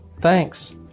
Thanks